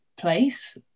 place